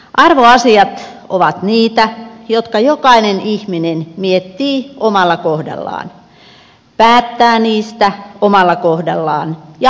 arvoasiat ovat niitä jotka jokainen ihminen miettii omalla kohdallaan päättää niistä omalla kohdallaan ja aivan itse